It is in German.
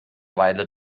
weile